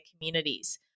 communities